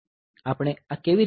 આપણે આ કેવી રીતે કરી શકીએ